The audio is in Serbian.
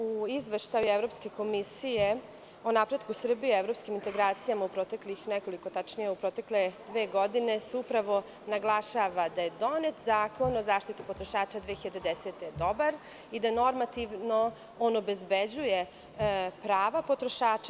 U izveštaju Evropske komisije o napretku Srbije u evropskim integracijama u proteklih nekoliko, tačnije protekle dve godine, se upravo naglašava da je donet Zakon o zaštiti potrošača 2010. godine, dobar, i da normativno on obezbeđuje prava potrošača.